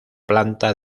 planta